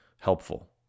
helpful